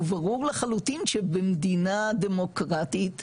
וברור לחלוטין שבמדינה דמוקרטית ההידברות,